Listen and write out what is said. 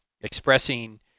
expressing